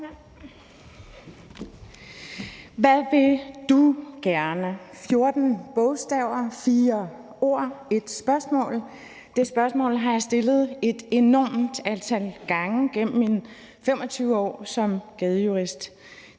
Hvad vil du gerne? Det er 14 bogstaver, fire ord og ét spørgsmål, og det spørgsmål har jeg stillet et enormt antal gange gennem mine 25 år som Gadejurist